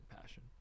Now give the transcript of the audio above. passion